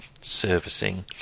Servicing